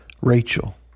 Rachel